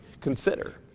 consider